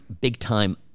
big-time